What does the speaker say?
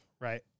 Right